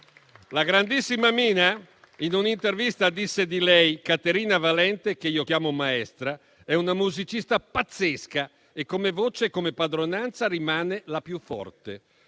La grandissima Mina in un'intervista disse di lei: Caterina Valente, che io chiamo maestra, è una musicista pazzesca e, come voce e come padronanza, rimane la più forte.